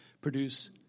produce